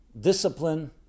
discipline